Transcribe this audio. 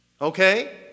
Okay